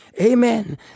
Amen